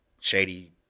shady